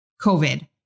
COVID